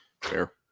Fair